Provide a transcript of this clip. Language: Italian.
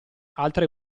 altre